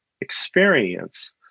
experience